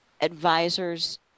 advisors